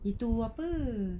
itu apa